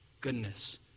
goodness